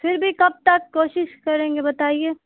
پھر بھی کب تک کوشش کریں گے بتائیے